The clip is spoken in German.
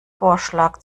vorschlag